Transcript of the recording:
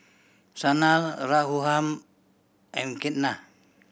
Sanal Raghuram and Ketna